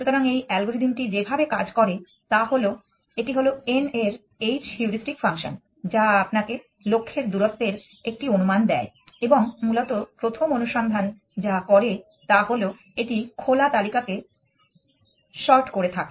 সুতরাং এই অ্যালগরিদমটি যেভাবে কাজ করে তা হল এটি হল n এর h হিউরিস্টিক ফাংশন যা আপনাকে লক্ষ্যের দূরত্বের একটি অনুমান দেয় এবং মূলত প্রথম অনুসন্ধান যা করে তা হল এটি খোলা তালিকাকে সর্ট করে থাকে